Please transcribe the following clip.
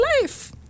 life